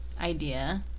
idea